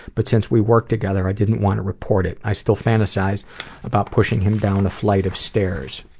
but since we worked together, i didn't want to report it. i still fantasize about pushing him down a flight of stairs.